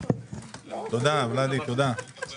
הולך לפריפריה וכמה מקומות אתם מתקצבים בפריפריה,